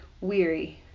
weary